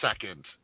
second